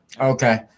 Okay